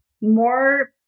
more